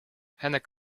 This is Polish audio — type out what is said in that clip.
henek